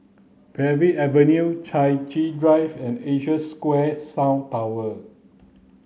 Parbury Avenue Chai Chee Drive and Asia Square South Tower